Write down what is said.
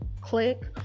click